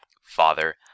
Father